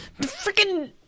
freaking